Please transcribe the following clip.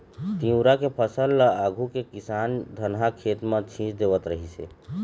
तिंवरा के फसल ल आघु के किसान धनहा खेत म छीच देवत रिहिस हे